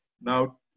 Now